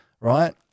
right